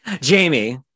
Jamie